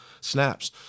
snaps